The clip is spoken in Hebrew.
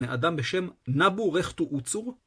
מאדם בשם נבו-רכטו-אוצור?